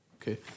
Okay